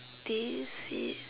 this is